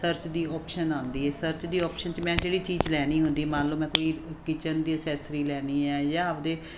search ਦੀ option ਆਉਂਦੀ ਹੈ ਸਰਚ ਦੀ ਓਪਸ਼ਨ 'ਚ ਮੈਂ ਜਿਹੜੀ ਚੀਜ਼ ਲੈਣੀ ਹੁੰਦੀ ਮੰਨ ਲਓ ਮੈਂ ਕੋਈ ਕਿਚਨ ਦੀ ਅਸੈਸਰੀ ਲੈਣੀ ਹੈ ਜਾਂ ਆਪਦੇ